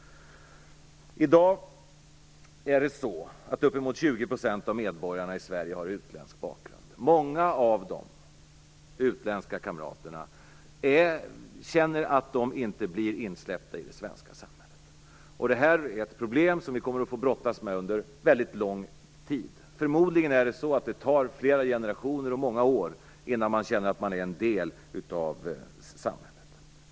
I dag har uppemot 20 % av medborgarna i Sverige utländsk bakgrund. Många av de utländska kamraterna känner att de inte blir insläppta i det svenska samhället. Detta är ett problem som vi kommer att få brottas med under väldigt lång tid. Förmodligen tar det flera generationer och många år innan man känner att man är en del av samhället.